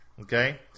Okay